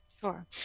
Sure